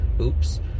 Oops